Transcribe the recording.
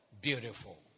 Beautiful